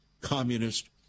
communist